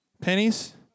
Pennies